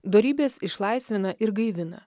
dorybės išlaisvina ir gaivina